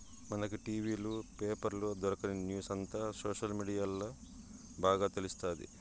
మనకి టి.వీ లు, పేపర్ల దొరకని న్యూసంతా సోషల్ మీడియాల్ల బాగా తెలుస్తాది